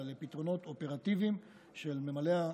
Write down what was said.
אלא לפתרונות אופרטיביים של ממלאי